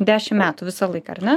dešim metų visą laiką ar ne